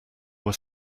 were